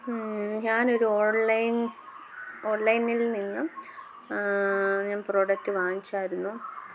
ഞാനൊരു ഓൺലൈൻ ഓൺലൈനിൽ നിന്നും ഞാൻ പ്രോഡക്റ്റ് വാങ്ങിച്ചായിരുന്നു